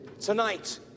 Tonight